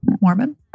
Mormon